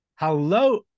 Hello